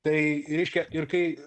tai reiškia ir kai